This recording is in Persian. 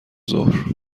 ظهر